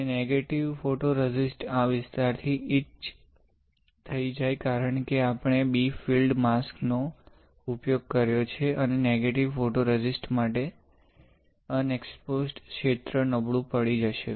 અને negative photoresist આ વિસ્તારથી ઇચ થઈ જાય કારણ કે આપણે b ફીલ્ડ માસ્ક નો ઉપયોગ કર્યો છે અને નેગેટિવ ફોટોરેઝિસ્ટ માટે અનએક્સ્પોઝડ ક્ષેત્ર નબળું પડી જશે